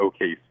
OKC